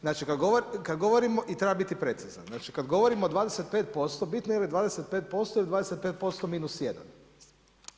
Znači kada govorimo i treba biti precizan, znači kada govorimo o 25%, bitno je je li 25% ili 25%-1.